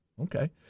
Okay